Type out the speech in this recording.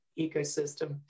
ecosystem